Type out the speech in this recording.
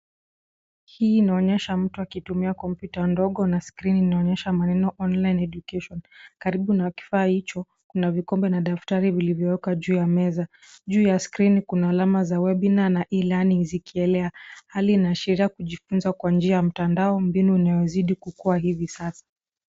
Hii inaonyesha mtu akitumia Kompyuta ndogo na ndani ya skreeni inaonyesha maneno (cs)online education(cs). Karibu na kifaa hicho kuna vikombe na daftari vilivyowekwa juu ya meza. Juu ya skreeni kuna alama za (cs)webinar(cs) na (cs)e-learning(cs) zikielea. Hali inaashiriia kujifunza kwa njia ya mtandao mbinu inayozidi kukuwa hivi sasa.